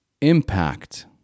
impact